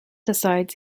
decides